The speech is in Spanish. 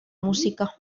música